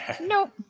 Nope